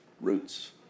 roots